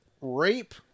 rape